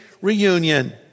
reunion